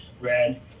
red